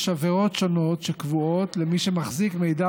יש עבירות שונות שקבועות למי שמחזיק מידע